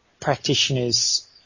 practitioners